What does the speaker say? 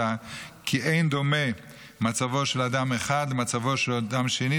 כי אין דומה מצבו של אדם אחד למצבו של אדם שני,